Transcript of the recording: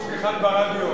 מסוג אחד ברדיו.